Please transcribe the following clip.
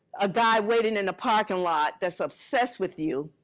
a guy waiting in the parking lot that's obsessed with you.